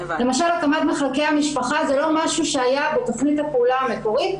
למשל הקמת מחלקי המשפחה זה לא משהו שהיה בתכנית הפעולה המקורית,